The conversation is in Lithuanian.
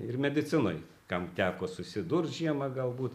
ir medicinoj kam teko susidurt žiemą galbūt